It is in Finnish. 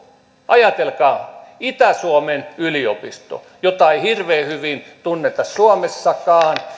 ajatelkaa itä suomen yliopisto jota ei hirveän hyvin tunneta suomessakaan